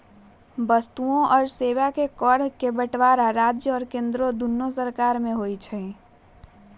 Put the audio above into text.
वस्तुअन और सेवा कर के बंटवारा राज्य और केंद्र दुन्नो सरकार में होबा हई